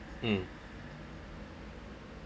mm